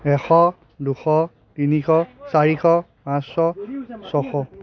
এশ দুশ তিনিশ চাৰিশ পাঁচশ ছশ